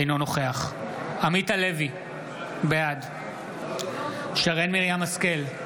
אינו נוכח עמית הלוי, בעד שרן מרים השכל,